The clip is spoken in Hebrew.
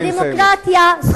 בגלל שהיא אשה מגיע לה,